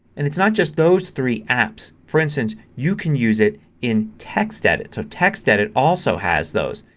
and it's not just those three apps. for instance you can use it in textedit. so textedit also has those.